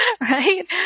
right